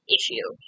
issue